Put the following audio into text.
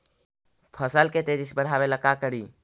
फसल के तेजी से बढ़ाबे ला का करि?